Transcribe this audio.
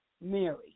Mary